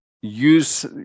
use